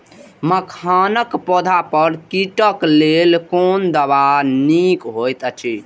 मखानक पौधा पर कीटक लेल कोन दवा निक होयत अछि?